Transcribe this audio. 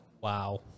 Wow